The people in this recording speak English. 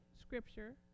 scripture